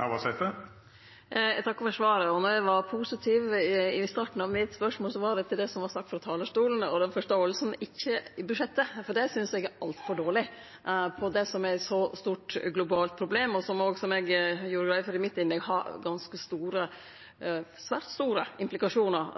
Navarsete i. Eg takkar for svaret. Då eg var positiv i starten av spørsmålet mitt, var det til det som vart sagt frå talarstolen og den forståinga, ikkje budsjettet, for det synest eg er altfor dårleg på det som er eit så stort globalt problem. Og som eg òg gjorde greie for i innlegget mitt, det har svært store implikasjonar